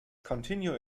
continue